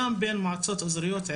גם בין מועצות אזוריות,